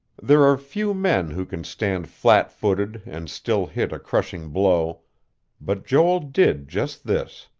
there are few men who can stand flat-footed and still hit a crushing blow but joel did just this.